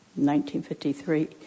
1953